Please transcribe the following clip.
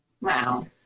Wow